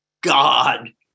God